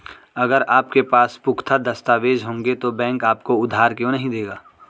अगर आपके पास पुख्ता दस्तावेज़ होंगे तो बैंक आपको उधार क्यों नहीं देगा?